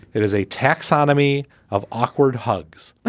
it is a taxonomy of awkward hugs but